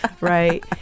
Right